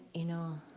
you know?